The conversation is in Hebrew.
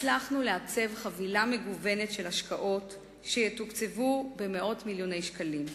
הצלחנו לעצב חבילה מגוונת של השקעות שיתוקצבו במאות מיליוני שקלים: